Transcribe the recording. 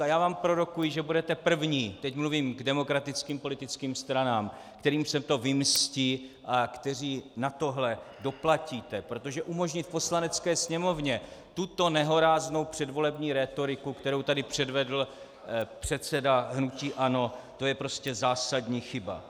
A já vám prorokuji, že budete první, teď mluvím k demokratickým politickým stranám, kterým se to vymstí a kteří na toto doplatíte, protože umožnit v Poslanecké sněmovně tuto nehoráznou předvolební rétoriku, kterou tady předvedl předseda hnutí ANO, to je prostě zásadní chyba.